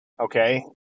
Okay